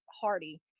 hardy